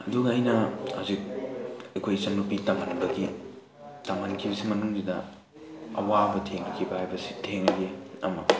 ꯑꯗꯨꯒ ꯑꯩꯅ ꯍꯧꯖꯤꯛ ꯑꯩꯈꯣꯏ ꯏꯆꯟ ꯅꯨꯄꯤ ꯇꯝꯍꯟꯕꯒꯤ ꯇꯝꯍꯟꯈꯤꯕꯁꯤꯒꯤ ꯃꯅꯨꯡꯁꯤꯗ ꯑꯋꯥꯕ ꯊꯦꯡꯅꯈꯤꯕ ꯍꯥꯏꯕꯁꯤ ꯊꯦꯡꯅꯈꯤ ꯑꯃ